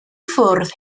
ffwrdd